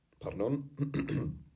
pardon